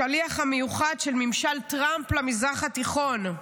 השליח המיוחד של ממשל טראמפ למזרח התיכון.